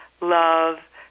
love